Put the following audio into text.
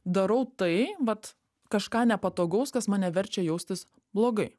darau tai vat kažką nepatogaus kas mane verčia jaustis blogai